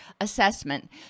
assessment